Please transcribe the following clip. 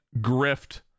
grift